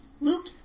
Luke